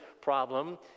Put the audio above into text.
problem